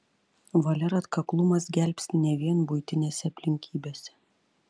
valia ir atkaklumas gelbsti ne vien buitinėse aplinkybėse